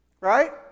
right